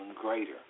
greater